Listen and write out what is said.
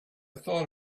thought